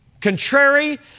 contrary